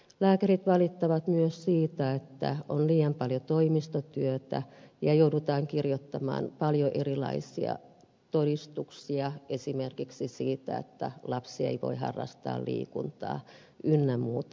lääkärit valittavat myös siitä että on liian paljon toimistotyötä ja joudutaan kirjoittamaan paljon erilaisia todistuksia esimerkiksi siitä että lapsi ei voi harrastaa liikuntaa ynnä muuta